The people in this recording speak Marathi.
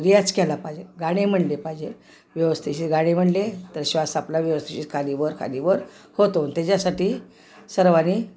रियाज केला पाहिजे गाणे म्हणले पाहिजे व्यवस्थिशीर गाणे म्हणले तर श्वास आपला व्यवस्थिशीर खाली वर खाली वर होतो त्याच्यासाठी सर्वानी